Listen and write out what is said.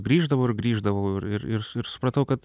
grįždavau ir grįždavau ir ir ir ir supratau kad